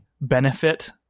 benefit